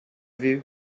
view